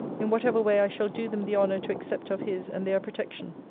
in whatever way i shall do them the honour to accept of his and their protection.